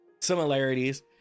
similarities